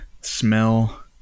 smell